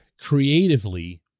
creatively